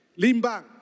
Limbang